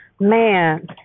man